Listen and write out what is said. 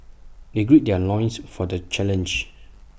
they gird their loins for the challenge